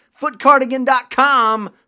Footcardigan.com